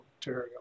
material